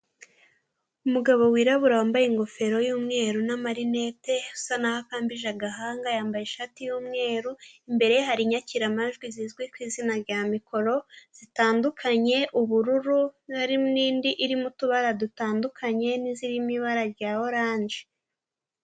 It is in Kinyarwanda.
Umugabo wirabura wambaye ingofero y'umweru n'amarinete, usa naho akambije agahanga, yambaye ishati y'umweru, imbere ye hari inyakiramajwi zizwi ku izina rya mikoro, zitandukanye, ubururu n'indi irimo utubara dutandukanye n'izirimo ibara rya oranje.